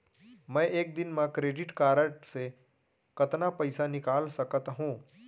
मैं एक दिन म क्रेडिट कारड से कतना पइसा निकाल सकत हो?